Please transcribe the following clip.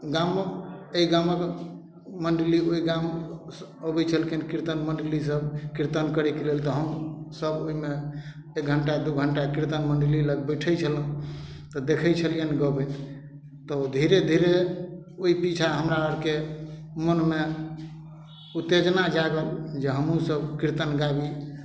गामक एहि गामक मण्डली ओहि गाम अबै छलखिन कीर्तन मण्डली सब कीर्तन करैके लेल तऽ हमसब ओहिमे एक घंटा दू घंटा कीर्तन मण्डली लग बैसै छलौं तऽ देखय छलियैन गबैत तऽ धीरे धीरे ओय पीछा हमरा अरके मन मे उत्तेजना जागल जे हमहुँ सब कीर्तन गाबी